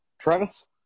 Travis